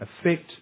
affect